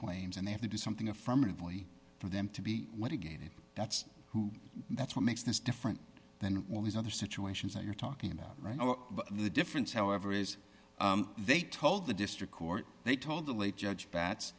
claims and they have to do something affirmatively for them to be what again and that's who that's what makes this different than all these other situations that you're talking about the difference however is they told the district court they told the late judge bat